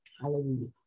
Hallelujah